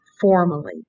formally